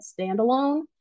standalone